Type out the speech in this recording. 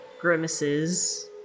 grimaces